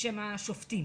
בשם השופטים.